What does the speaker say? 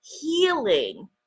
healing